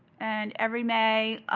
and every may,